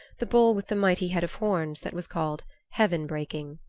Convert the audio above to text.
the bull with the mighty head of horns that was called heaven-breaking.